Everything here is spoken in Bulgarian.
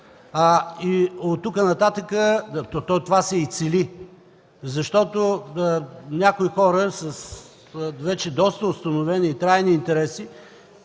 И от тук нататък това се и цели, защото някои хора с доста установени и трайни интереси